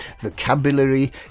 vocabulary